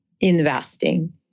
investing